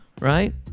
right